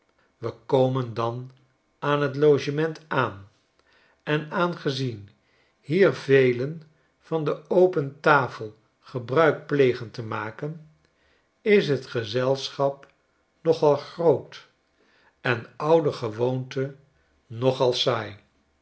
we komen dan aan t logement aan en aangezien hier velen van de open tafel gebruik plegen te maken is het gezelschap nogal groot en oudergewoonte nogal